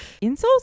Insoles